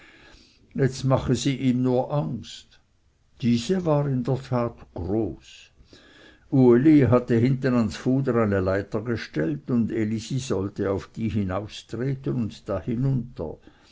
jetzt mache sie ihm nur angst diese war in der tat groß uli hatte hinten ans fuder eine leiter angestellt und elisi sollte auf die hinaustreten und da hinunter